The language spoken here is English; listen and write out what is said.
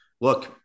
Look